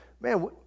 man